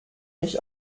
mich